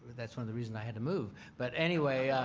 that's one of the reasons i had to move. but anyway.